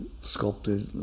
sculpted